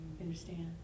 Understand